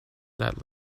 that